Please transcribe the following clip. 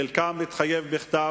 חלקם התחייב בכתב,